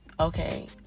Okay